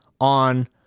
on